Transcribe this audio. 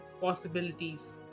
possibilities